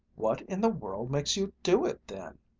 what in the world makes you do it, then?